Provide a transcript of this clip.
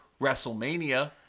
WrestleMania